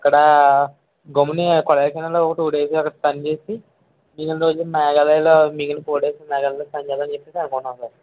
అక్కడ గమ్ముని కొడైకెనాల్లో ఒక టూ డేస్ అక్కడ స్పెండ్ చేసి మిగిలిన రోజులు మేఘాలయాలో మిగిలిన ఫోర్ డేస్ మేఘాలయాలో స్పెండ్ చేద్దామని చెప్పేసి అనుకుంట్నాం సార్